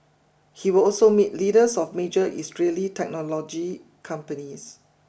he will also meet leaders of major Israeli technology companies